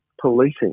policing